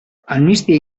amnistia